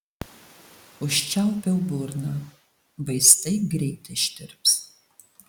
užčiaupiau burną vaistai greit ištirps